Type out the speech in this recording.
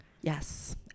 Yes